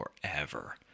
forever